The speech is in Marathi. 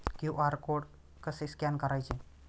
क्यू.आर कोड कसे स्कॅन करायचे?